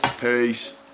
peace